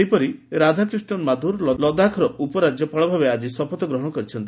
ସେହିପରି ରାଧାକ୍ରିଷନ ମାଥୁର ଲଦାଖର ଉପରାଜ୍ୟପାଳ ଭାବେ ଆକି ଶପଥ ଗ୍ରହଣ କରିଛନ୍ତି